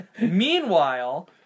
Meanwhile